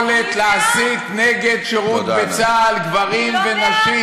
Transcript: בעד יכולת להסית נגד שירות בצה"ל גברים ונשים.